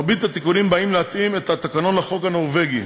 מרבית התיקונים באים להתאים את התקנון לחוק הנורבגי,